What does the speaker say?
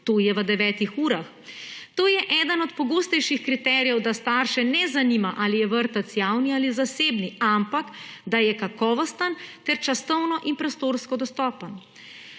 to je v devetih urah. To je eden od pogostejših kriterijev, da starše ne zanima, ali je vrtec javen ali zaseben, ampak da je kakovosten ter časovno in prostorsko dostopen.